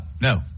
no